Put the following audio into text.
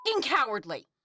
cowardly